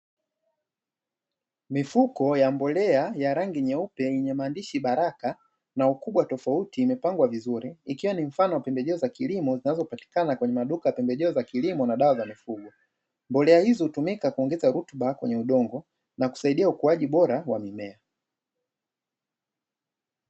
Mifuko ya mbolea ya rangi nyeupe yenye maandishi baraka na ukubwa tofauti imepangwa vizuri ikiwa ni mfano wa pembejeo za kilimo zinazopatikana kwenye maduka pembejeo za kilimo na dawa za mifugo ,mbolea hizo hutumika kuongeza rutuba kwenye udongo na kusaidia ukuaji bora wa mimea.